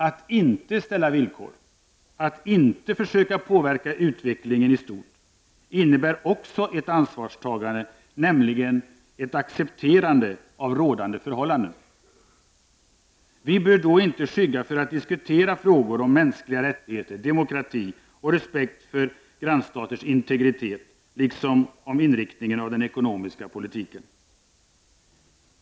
Att inte ställa villkor, att inte försöka påverka utvecklingen i stort, innebär också ett ansvarstagande, nämligen ett accepterande av rådande förhållanden. Vi bör då inte skygga för att diskutera frågor om mänskliga rättigheter, demokrati och respekt för grannstaters integritet liksom om inriktningen av den ekonomiska politiken.